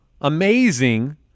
amazing